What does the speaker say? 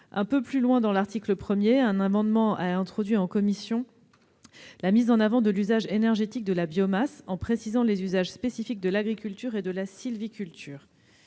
Un peu plus loin à l'article 1, un amendement adopté par la commission a mis en avant l'usage énergétique de la biomasse, en précisant les usages spécifiques de l'agriculture et de la sylviculture.